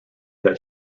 that